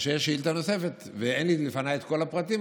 כאשר יש שאילתה נוספת ואין לפניי את כל הפרטים,